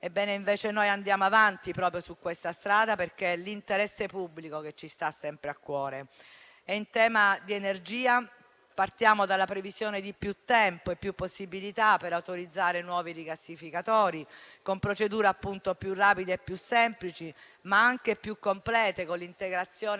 Noi, invece, andiamo avanti proprio su questa strada, perché è l'interesse pubblico che ci sta sempre a cuore. In tema di energia partiamo dalla previsione di più tempo e più possibilità per autorizzare nuovi rigassificatori, con procedure più rapide e più semplici, ma anche più complete, con l'integrazione